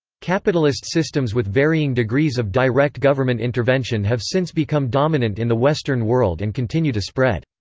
capitalist systems with varying degrees of direct government intervention have since become dominant in the western world and continue to spread.